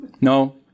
No